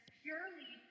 purely